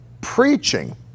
preaching